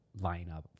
lineup